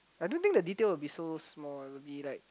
I don't think the detail will be so small it'll be like